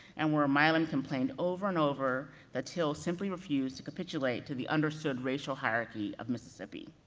and where milam complained over and over that till simply refused to capitulate to the understood racial hierarchy of mississippi.